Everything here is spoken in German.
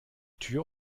tür